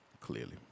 clearly